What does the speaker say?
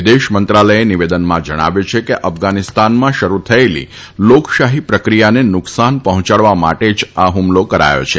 વિદેશ મંત્રાલયે નિવેદનમાં જણાવ્યું છે કે અફધાનિસ્તાનમાં શરૂ થયેલી લોકશાહી પ્રક્રિયાને નુકસાન પહોંચાડવા માટે જ આ હ્મલો કરાયો છે